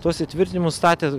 tuos įtvirtinimus statė